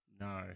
No